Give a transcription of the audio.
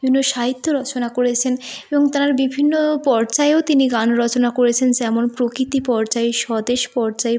বিভিন্ন সাহিত্য রচনা করেছেন এবং তাঁর বিভিন্ন পর্যায়েও তিনি গান রচনা করেছেন যেমন প্রকৃতি পর্যায় স্বদেশ পর্যায়